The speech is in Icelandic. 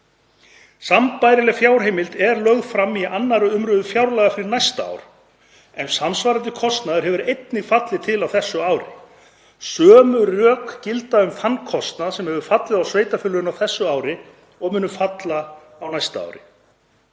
Sambærileg fjárheimild er lögð fram í 2. umr. fjárlaga fyrir næsta ár en samsvarandi kostnaður hefur einnig fallið til á þessu ári. Sömu rök gilda um þann kostnað sem hefur fallið á sveitarfélögin á þessu ári og mun falla á þau á næsta ári.